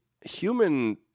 human